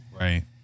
Right